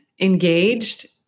engaged